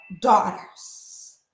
daughters